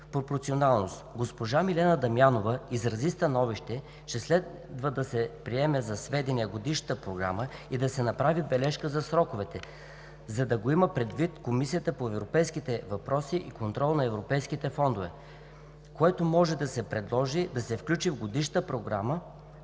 на пропорционалност. Госпожа Милена Дамянова изрази становище, че следва да се приеме за сведение Годишната програма и да се направи бележка за сроковете, за да го имат предвид от Комисията по европейските въпроси и контрол на европейските фондове, като може да се предложи да се включат в Годишната програма